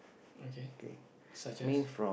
okay such as